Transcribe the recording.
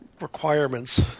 requirements